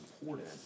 important